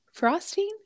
Frosting